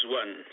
one